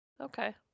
Okay